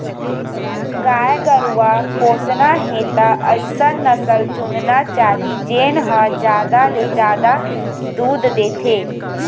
गाय गरूवा पोसना हे त अइसन नसल चुनना चाही जेन ह जादा ले जादा दूद देथे